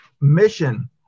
mission